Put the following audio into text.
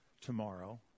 tomorrow